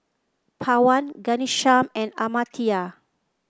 Pawan Ghanshyam and Amartya